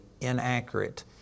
inaccurate